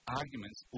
arguments